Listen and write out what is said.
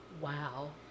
Wow